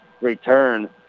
return